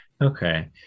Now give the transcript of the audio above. Okay